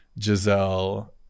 Giselle